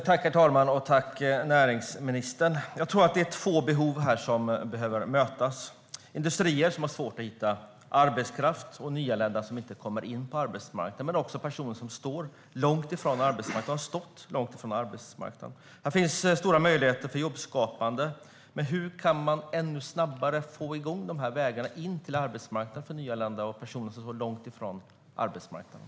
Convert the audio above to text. Herr talman! Jag tackar näringsministern för detta. Jag tror att det är två behov som behöver mötas här. Det handlar om industrier som har svårt att hitta arbetskraft och nyanlända som inte kommer in på arbetsmarknaden. Men det handlar även om personer som står och har stått långt från arbetsmarknaden. Här finns det stora möjligheter för jobbskapande. Men hur kan man ännu snabbare få igång dessa vägar in till arbetsmarknaden för nyanlända och för personer som står långt från arbetsmarknaden?